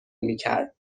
میکر